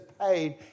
paid